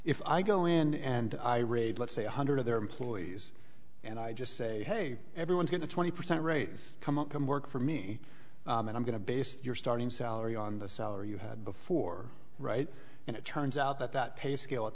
if i go in and i read let's say one hundred of their employees and i just say hey everyone's going to twenty percent raise come up come work for me and i'm going to base your starting salary on the cellar you had before right and it turns out that that pay scale at